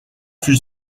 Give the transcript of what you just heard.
fut